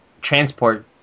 transport